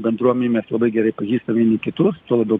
bendruomenė mes labai gerai pažįstam vieni kitus tuo labiau